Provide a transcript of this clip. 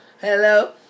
Hello